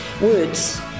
Words